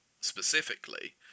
specifically